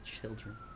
children